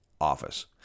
office